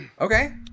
Okay